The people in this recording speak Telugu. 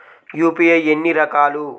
యూ.పీ.ఐ ఎన్ని రకాలు?